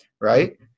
right